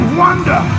wonder